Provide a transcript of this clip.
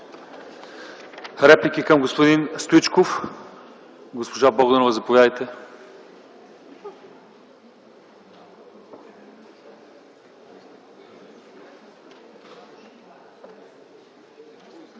Реплики към господин Стоичков? Госпожо Богданова, заповядайте.